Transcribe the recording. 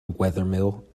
wethermill